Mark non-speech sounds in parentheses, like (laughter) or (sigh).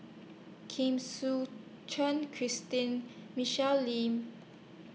(unintelligible) Suchen Christine Michelle Lim